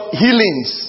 healings